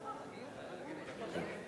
1 נתקבל.